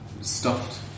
stuffed